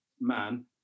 man